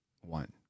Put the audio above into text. one